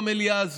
במליאה הזו,